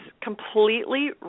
completely